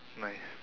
nice